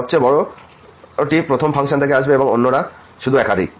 সবচেয়ে বড়টি প্রথম ফাংশন থেকে আসবে এবং অন্যরা শুধু একাধিক